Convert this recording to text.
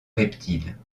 reptiles